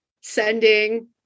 sending